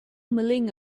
milling